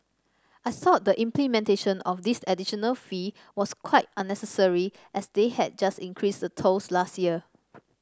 I thought the implementation of this additional fee was quite unnecessary as they had just increased the tolls last year